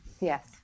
Yes